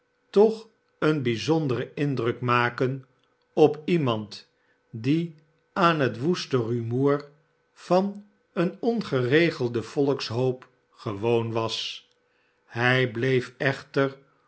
toch een bijzonderen indruk maken op iemand die aan het woeste rumoer van een ongeregelden volkshoop gewoon was hij bleef echter